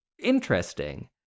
interesting